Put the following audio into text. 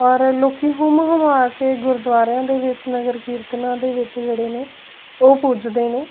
ਔਰ ਲੋਕ ਹੁੰਮ ਹੁੰਮਾ ਕੇ ਗੁਰਦੁਆਰਿਆਂ ਦੇ ਵਿੱਚ ਨਗਰ ਕੀਰਤਨਾਂ ਦੇ ਵਿੱਚ ਜਿਹੜੇ ਨੇ ਉਹ ਪੁੱਜਦੇ ਨੇ